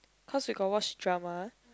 cause we got watch drama